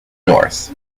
north